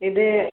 ഇത്